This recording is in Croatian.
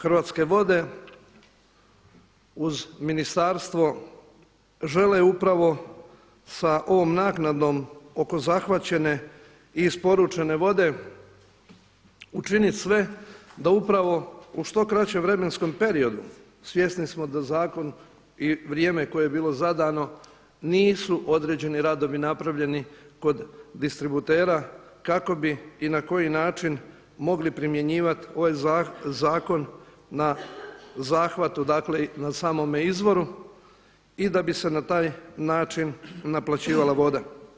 Hrvatske vode uz ministarstvo žele upravo sa ovom naknadom oko zahvaćene i isporučene vode učiniti sve da upravo u što kraćem vremenskom periodu, svjesni smo da zakon i vrijeme koje je bilo zadano nisu određeni radovi napravljeni kod distributera kako bi i na koji način mogli primjenjivati ovaj zakon na zahvatu dakle na samome izvoru i da bi se na taj način naplaćivala voda.